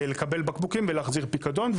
לקבל בקבוקים ולהחזיר פיקדון.